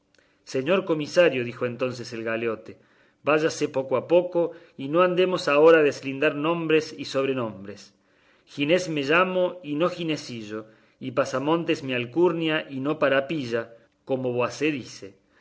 señor comisario dijo entonces el galeote váyase poco a poco y no andemos ahora a deslindar nombres y sobrenombres ginés me llamo y no ginesillo y pasamonte es mi alcurnia y no parapilla como voacé dice